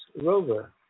rover